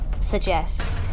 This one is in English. suggest